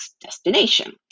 destination